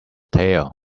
tale